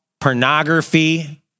pornography